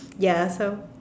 ya so